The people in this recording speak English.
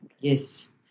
Yes